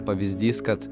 pavyzdys kad